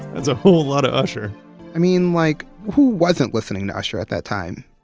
that's a whole lot of usher i mean, like who wasn't listening to usher at that time?